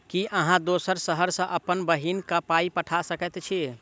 की अहाँ दोसर शहर सँ अप्पन बहिन केँ पाई पठा सकैत छी?